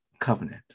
covenant